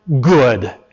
good